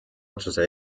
otsuse